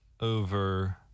over